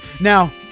Now